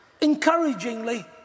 encouragingly